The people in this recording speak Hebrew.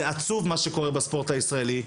זה עצוב מה שקורה בספורט הישראלי.